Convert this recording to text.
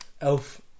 Elf